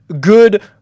good